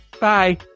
Bye